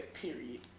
Period